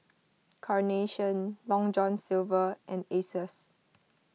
Carnation Long John Silver and Asus